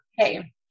Okay